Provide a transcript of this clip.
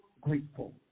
grateful